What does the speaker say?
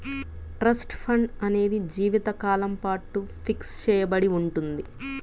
trust fund అనేది జీవితకాలం పాటు ఫిక్స్ చెయ్యబడి ఉంటుంది